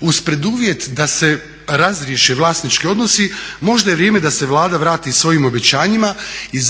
uz preduvjet da se razriješe vlasnički odnosi možda je vrijeme da se Vlada vrati svojim obećanjima i